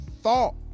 thought